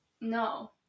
no